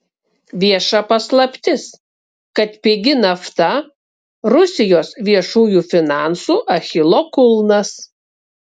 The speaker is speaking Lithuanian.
vieša paslaptis kad pigi nafta rusijos viešųjų finansų achilo kulnas